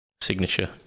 signature